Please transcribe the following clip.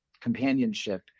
companionship